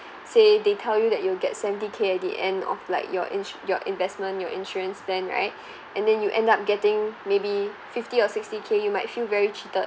say they tell you that you will get seventy K at the end of like your ins~ your investment your insurance plan right and then you end up getting maybe fifty or sixty K you might feel very cheated